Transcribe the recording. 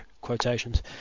quotations